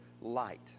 light